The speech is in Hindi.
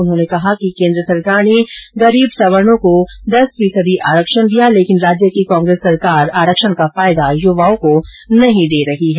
उन्होंने कहा कि केन्द्र सरकार ने गरीब स्ववर्णो को दस फीसदी आरक्षण दिया लेकिन राज्य की कोंग्रेस सरकार आरक्षण का फायदा यूवाओं को नहीं दे रही है